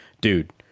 dude